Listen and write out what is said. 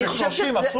לבני 30 אסור?